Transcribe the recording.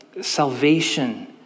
salvation